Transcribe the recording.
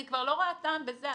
אני לא רואה כבר טעם בזה.